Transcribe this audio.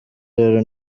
rero